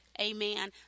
Amen